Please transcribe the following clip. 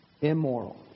immoral